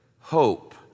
hope